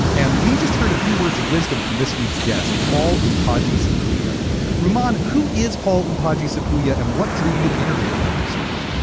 and we just heard a few words of wisdom from this week's guest, paul and podgy supriya ruman, who is paul and podgy supriya, and what drew you to interviewing him this week?